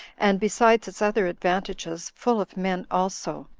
and, besides its other advantages, full of men also.